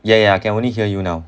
ya ya can only hear you now